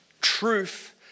Truth